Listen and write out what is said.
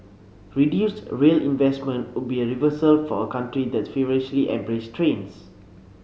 reduced rail investment would be a reversal for a country that's feverishly embraced trains